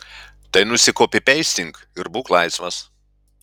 tai nusikopipeistink ir būk laisvas